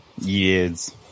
Yes